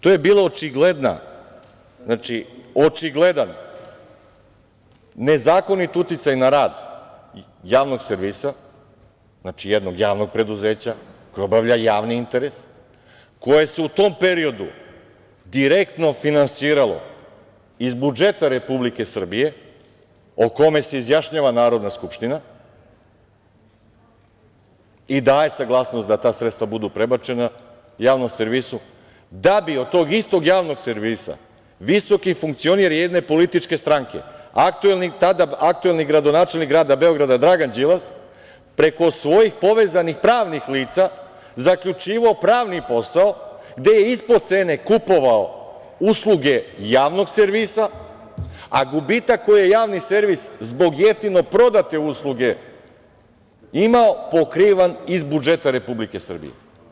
To je bio očigledan nezakonit uticaj na rad javnog servisa, znači jednog javnog preduzeća koji obavlja javni interes, koje se u tom periodu direktno finansiralo iz budžeta Republike Srbije, o kome se izjašnjava Narodna skupština i daje saglasnost da ta sredstva budu prebačena javnom servisu, da bi od tog istog javnog servisa visoki funkcioner jedne političke stranke, tada aktuelni gradonačelnik grada Beograda, Dragan Đilas, preko svojih povezanih pravnih lica zaključivao pravni posao, gde je ispod cene kupovao usluge javnog servisa, a gubitak koji je javni servis zbog jeftino prodate usluge imao, pokrivan je iz budžeta Republike Srbije.